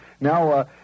Now